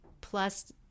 plus